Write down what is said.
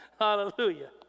Hallelujah